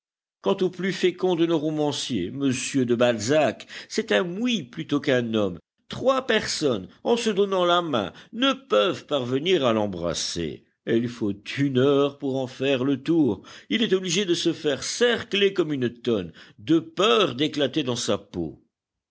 quant au plus fécond de nos romanciers m de balzac c'est un muid plutôt qu'un homme trois personnes en se donnant la main ne peuvent parvenir à l'embrasser et il faut une heure pour en faire le tour il est obligé de se faire cercler comme une tonne de peur d'éclater dans sa peau